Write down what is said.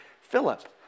Philip